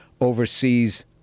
overseas